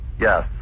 Yes